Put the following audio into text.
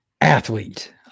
Athlete